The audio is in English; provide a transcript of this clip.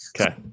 Okay